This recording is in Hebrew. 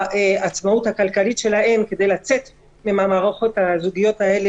העצמאות הכלכלית שלהן כדי לצאת מהמערכות הזוגיות האלה,